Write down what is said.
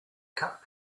cut